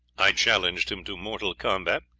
i challenged him to mortal combat,